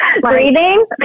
Breathing